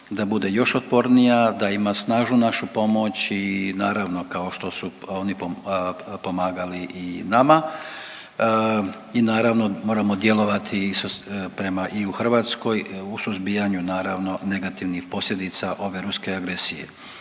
da bude još otpornija, da ima snažnu našu pomoć i naravno kao što su oni pomagali i nama i naravno moramo djelovati i prema i u Hrvatskoj u suzbijanju naravno negativnih posljedica ove ruske agresije.